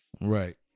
Right